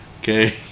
Okay